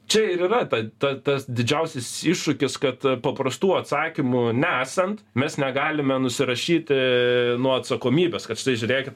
čia ir yra ta ta tas didžiausias iššūkis kad paprastų atsakymų nesant mes negalime nusirašyti nuo atsakomybės kad štai žiūrėkit